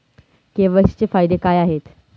KYC चे फायदे काय आहेत?